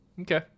Okay